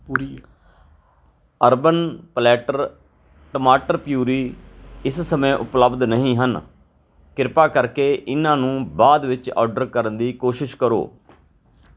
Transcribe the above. ਪੂਰੀ urban platter ਟਮਾਟਰ puree ਇਸ ਸਮੇਂ ਉਪਲੱਬਧ ਨਹੀਂ ਹਨ ਕਿਰਪਾ ਕਰਕੇ ਇਹਨਾਂ ਨੂੰ ਬਾਅਦ ਵਿੱਚ ਔਰਡਰ ਕਰਨ ਦੀ ਕੋਸ਼ਿਸ਼ ਕਰੋ